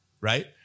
right